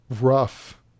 rough